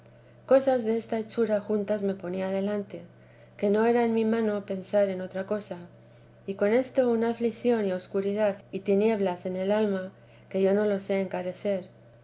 cosas desta hechura juntas me ponía delante que no era en mi mano pensar en otra cosa y con esto una aflicción y escuridad y tinieblas en el alma que yo no lo sé encarecer